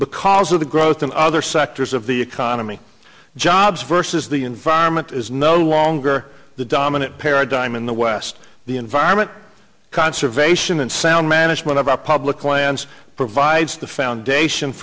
because of the growth in other sectors of the economy jobs versus the environment is no longer the dominant paradigm in the west the environment conservation and sound management of our public lands provides the foundation